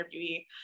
interviewee